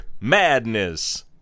madness